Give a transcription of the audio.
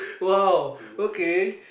!wow! okay